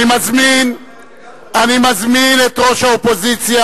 אני מזמין את ראש האופוזיציה,